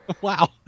wow